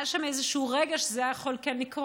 היה שם איזשהו רגע שזה כן היה יכול לקרות.